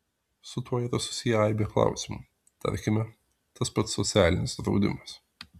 su tuo yra susiję aibė klausimų tarkime tas pats socialinis draudimas